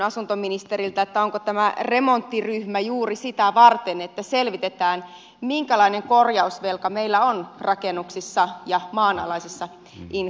onko tämä remonttiryhmä juuri sitä varten että selvitetään minkälainen korjausvelka meillä on rakennuksissa ja maanalaisessa infrassa